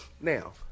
Now